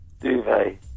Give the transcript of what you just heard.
duvet